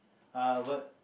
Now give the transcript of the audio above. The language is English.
err but